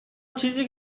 چیزی